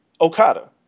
Okada